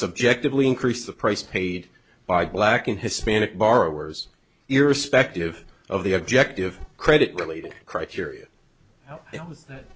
subjectively increase the price paid by black and hispanic borrowers irrespective of the objective credit related criteria